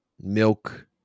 milk